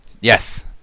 Yes